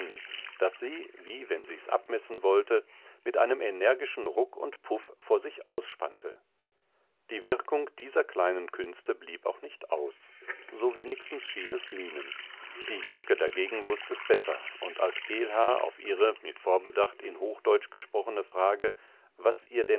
das sie wie wenn sie's abmessen wollte mit einem energischen ruck und puff vor sich ausspannte die wirkung dieser kleinen künste blieb auch nicht aus so wenigstens schien es linen die jeschke dagegen wußt es besser und als geelhaar auf ihre mit vorbedacht in hochdeutsch gesprochene frage was ihr